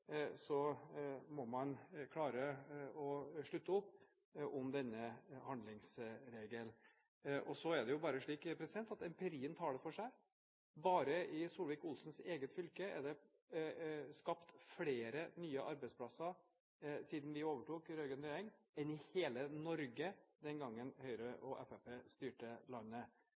Så av hensyn til konkurranseutsatt industri må man klare å slutte opp om handlingsregelen. Det er jo bare slik at empirien taler for seg. Bare i Solvik-Olsens eget fylke er det skapt flere nye arbeidsplasser siden den rød-grønne regjeringen overtok, enn i hele Norge den gangen Høyre og Fremskrittspartiet styrte landet.